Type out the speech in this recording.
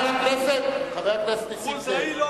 חבר הכנסת נסים זאב.